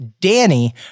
Danny